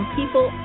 people